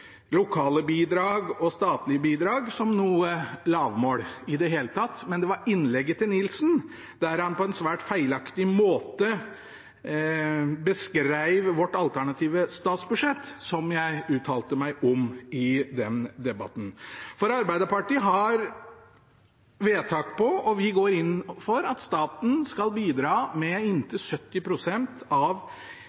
lokale bidrag og statlige bidrag som noe lavmål i det hele tatt, det var innlegget til Nilsen, der han på en svært feilaktig måte beskrev vårt alternative statsbudsjett, jeg uttalte meg om i den debatten. Arbeiderpartiet har vedtak på og går inn for at staten skal bidra med